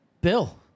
Bill